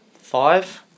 five